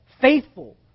faithful